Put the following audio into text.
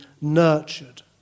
nurtured